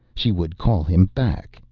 she would call him back!